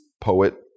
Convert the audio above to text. poet